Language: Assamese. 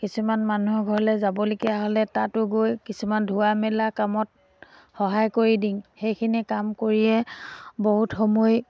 কিছুমান মানুহৰ ঘৰলৈ যাবলগীয়া হ'লে তাতো গৈ কিছুমান ধোৱা মেলা কামত সহায় কৰি দিওঁ সেইখিনি কাম কৰিয়ে বহুত সময়